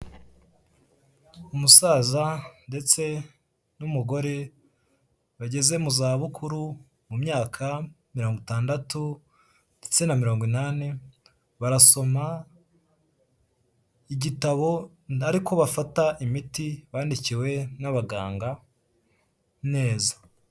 Umusaza ndetse n'umugore bageze mu za bukuru mu myaka mirongo itandatu ndetse na mirongo inani barasoma igitabo, ari ko bafata imiti bandikiwe n'abaganga neza.